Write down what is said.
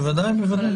בוודאי.